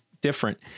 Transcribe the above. different